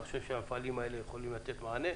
אני חושב שהמפעלים האלה יכולים לתת מענה.